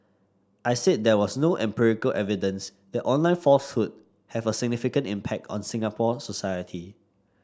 I said there was no empirical evidence that online falsehoods have a significant impact on Singapore society